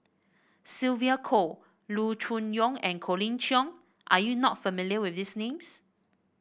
Sylvia Kho Loo Choon Yong and Colin Cheong are you not familiar with these names